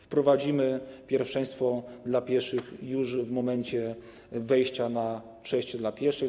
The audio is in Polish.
Wprowadzimy pierwszeństwo dla pieszych już w momencie wejścia na przejście dla pieszych.